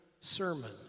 sermon